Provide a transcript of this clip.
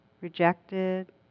rejected